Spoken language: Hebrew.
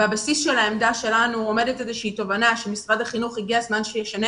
בבסיס העמדה שלנו עומדת איזושהי תובנה שהגיע הזמן שמשרד